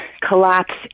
collapse